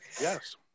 Yes